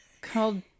called